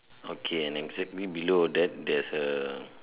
okay and exactly below there is a